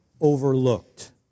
overlooked